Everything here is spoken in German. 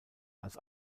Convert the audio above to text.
als